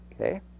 okay